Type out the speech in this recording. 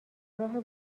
راه